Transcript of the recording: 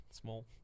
small